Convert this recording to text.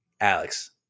Alex